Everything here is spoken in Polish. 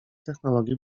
technologii